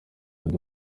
ngo